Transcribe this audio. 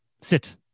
Sit